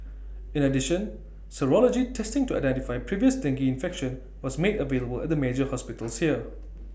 in addition serology testing to identify previous dengue infection was made available at the major hospitals here